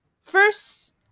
first